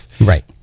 Right